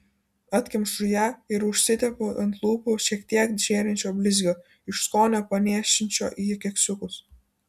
atkemšu ją ir užsitepu ant lūpų šiek tiek žėrinčio blizgio iš skonio panėšinčio į keksiukus